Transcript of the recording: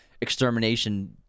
extermination